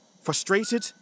Frustrated